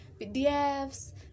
PDFs